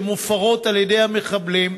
שמופרות על-ידי המחבלים,